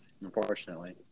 unfortunately